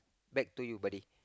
back to you buddy